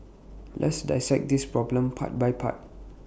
let's dissect this problem part by part